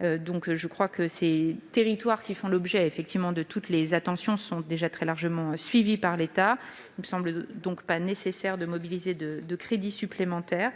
Je crois ainsi que les territoires concernés font l'objet de toutes les attentions et qu'ils sont déjà très largement suivis par l'État. Il ne me semble donc pas nécessaire de mobiliser de crédits supplémentaires.